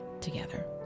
together